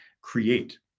create